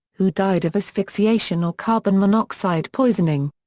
who died of asphyxiation or carbon monoxide poisoning.